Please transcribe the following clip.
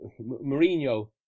Mourinho